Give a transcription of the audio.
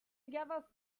together